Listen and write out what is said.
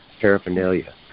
paraphernalia